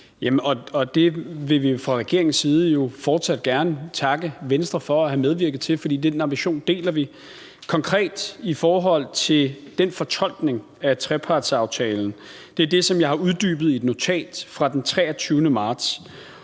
det vil vi jo fra regeringens side fortsat gerne takke Venstre for at have medvirket til, for den ambition deler vi. Konkret i forhold til den fortolkning af trepartsaftalen vil jeg sige, at det er det, som jeg har uddybet i et notat fra den 23. marts,